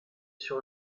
sur